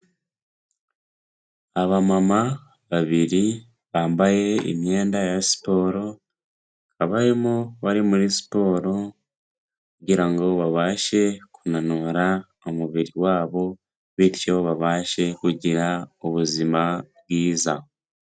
Abamama babiri bambaye imyenda ya siporo, bakaba barimo bari muri siporo kugira ngo babashe kunanura umubiri wabo, bityo babashe kugira ubuzima bwiza.